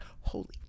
holy